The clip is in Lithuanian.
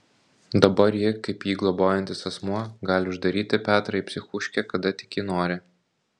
dabar ji kaip jį globojantis asmuo gali uždaryti petrą į psichuškę kada tik ji nori